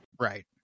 Right